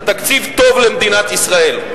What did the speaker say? תקציב טוב למדינת ישראל.